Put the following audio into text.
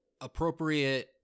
appropriate